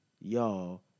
y'all